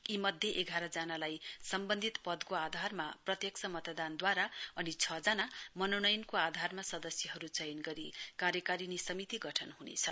यीमध्ये एघार जनालाई सम्वन्धित गदको आधारमा प्रत्यक्ष मतदानदूवारा अनि छ जना मनोनयनको आधारमा सदस्यहरू चयन गरी कार्यकारिणी समिति गठन ह्नेछ